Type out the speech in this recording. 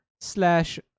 slash